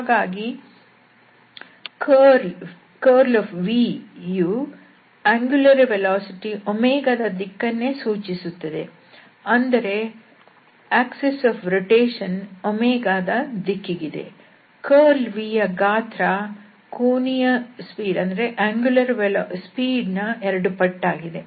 ಹಾಗಾಗಿ curl v ಯು ಕೋನೀಯ ವೇಗ ನ ದಿಕ್ಕನ್ನೇ ಸೂಚಿಸುತ್ತದೆ ಅಂದರೆ ಪರಿಭ್ರಮಣೆಯ ಅಕ್ಷರೇಖೆ ಯು ದಿಕ್ಕಿಗಿದೆ ಕರ್ಲ್ v ಯ ಗಾತ್ರ ಕೋನೀಯ ಸ್ಪೀಡ್ ನ ಎರಡು ಪಟ್ಟಾಗಿದೆ